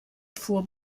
fuhr